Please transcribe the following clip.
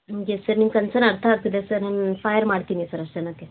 ನಮಗೆ ಸರ್ ನಿಮ್ಮ ಕನ್ಸನ್ ಅರ್ಥ ಆಗ್ತಿದೆ ಸರ್ ನಿಮ್ಮ ಫಯರ್ ಮಾಡ್ತೀನಿ ಸರ್ ಅಷ್ಟು ಜನಕ್ಕೆ